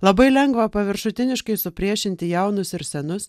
labai lengva paviršutiniškai supriešinti jaunus ir senus